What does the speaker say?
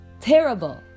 terrible